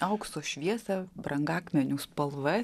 aukso šviesą brangakmenių spalvas